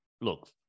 Look